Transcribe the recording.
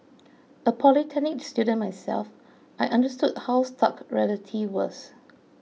a polytechnic student myself I understood how stark reality was